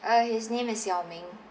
uh his name was yao ming